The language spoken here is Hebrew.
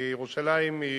כי ירושלים היא